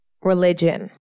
religion